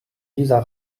dieser